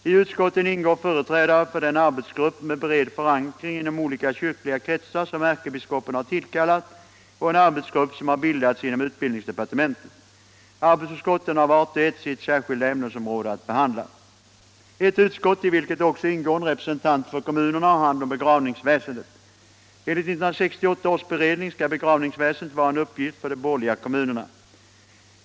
I utskotten ingår företrädare för den arbetsgrupp med bred förankring inom olika kyrkliga kretsar, som ärkebiskopen har tillkallat, och en arbetsgrupp som har bildats inom utbildningsdepartementet. Arbetsutskotten har vart och ett sitt särskilda ämnesområde att behandla. Ett utskott — i vilket också ingår en representant för kommunerna — har hand om begravningsväsendet. Enligt 1968 års beredning skall begravningsväsendet vara en uppgift för de borgerliga kommunerna.